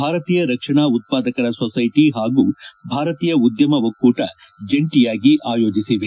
ಭಾರತೀಯ ರಕ್ಷಣಾ ಉತ್ಪಾದಕರ ಸೊಸೈಟಿ ಹಾಗೂ ಭಾರತೀಯ ಉದ್ದಮ ಒಕ್ಕೂಟ ಜಂಟಿಯಾಗಿ ಆಯೋಜಿಸಿದೆ